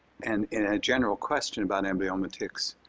and and a general question about amblyomma ticks,